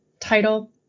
title